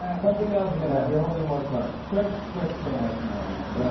and something else is gonna happen. you're holding more cards. quest quest still has some more answers.